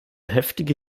heftige